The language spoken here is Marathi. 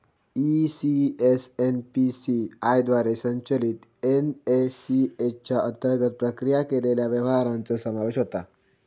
ई.सी.एस.एन.पी.सी.आय द्वारे संचलित एन.ए.सी.एच च्या अंतर्गत प्रक्रिया केलेल्या व्यवहारांचो समावेश होता